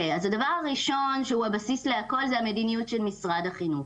הדבר הראשון שהוא הבסיס לכול זה המדיניות של משרד החינוך.